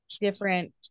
different